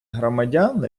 громадян